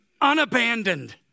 unabandoned